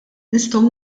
nistgħu